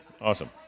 Awesome